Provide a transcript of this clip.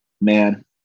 man